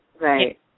right